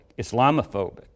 Islamophobic